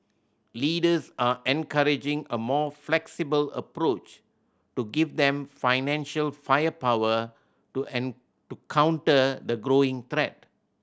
leaders are encouraging a more flexible approach to give them financial firepower to to counter the growing threat